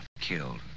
killed